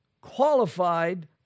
qualified